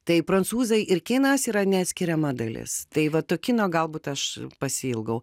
tai prancūzai ir kinas yra neatskiriama dalis tai va to kino galbūt aš pasiilgau